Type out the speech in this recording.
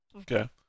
Okay